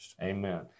Amen